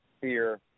fear